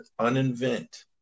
uninvent